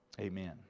amen